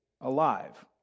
alive